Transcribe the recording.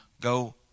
Go